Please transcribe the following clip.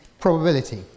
probability